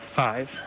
five